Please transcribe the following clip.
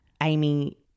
Amy